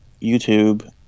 YouTube